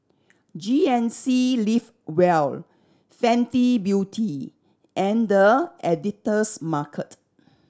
G N C Live well Fenty Beauty and The Editor's Market